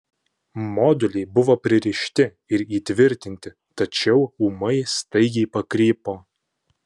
moduliai buvo pririšti ir įtvirtinti tačiau ūmai staigiai pakrypo